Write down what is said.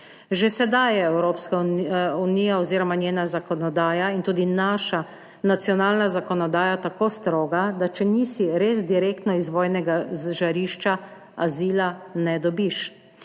Že sedaj je Evropska unija oziroma njena zakonodaja in tudi naša nacionalna zakonodaja tako stroga, da če nisi res direktno iz vojnega žarišča, azila ne dobiš.